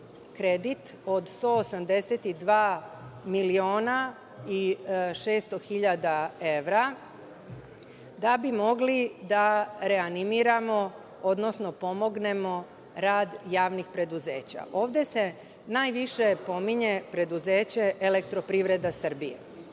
kredit od 182 miliona i 600 hiljada evra, da bi mogli da reanimiramo, odnosno pomognemo rad javnih preduzeća. Ovde se najviše pominje preduzeće „Elektroprivreda Srbije“.Pošto